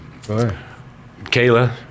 Kayla